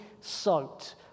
soaked